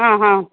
ഹാ ഹാ